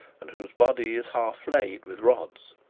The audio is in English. and whose body is half flayed with rods.